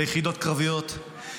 ביחידות קרביות,